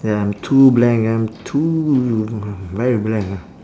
ya I'm too blank I'm too very blank ah